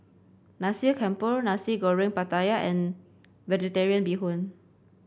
Nasi Campur Nasi Goreng Pattaya and vegetarian Bee Hoon